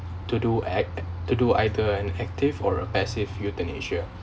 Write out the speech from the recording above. to do act to do either an active or a passive euthanasia